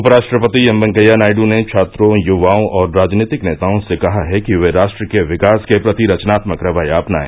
उपराष्ट्रपति एम वेंकैया नायड् ने छात्रों युवाओं और राजनीतिक नेताओं से कहा है कि वे राष्ट्र के विकास के प्रति रचनात्मक रवैया अपनाए